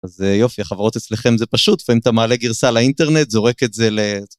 זה יופי החברות אצלכם זה פשוט לפעמים אתה מעלה גרסה על האינטרנט זורק את זה ל...